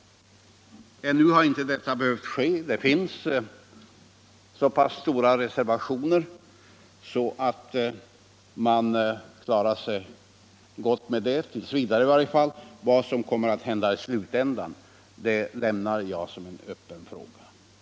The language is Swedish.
Ännu har detta inte behövt ske. Det finns så pass stora reservationer att man klarar sig gott med det, tills vidare i varje fall. Vad som kommer att hända i slutänden lämnar jag som en öppen fråga.